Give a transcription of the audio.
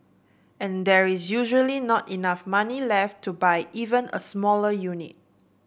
and there is usually not enough money left to buy even a smaller unit